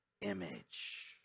image